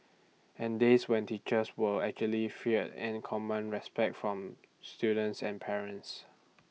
and days when teachers were actually fear and commanded respect from students and parents